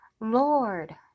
lord